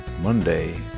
Monday